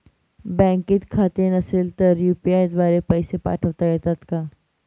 बँकेत खाते नसेल तर यू.पी.आय द्वारे पैसे पाठवता येतात का?